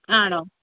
ആണോ